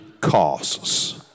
costs